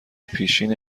پیشین